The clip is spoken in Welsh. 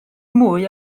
mwy